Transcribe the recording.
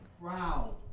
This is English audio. proud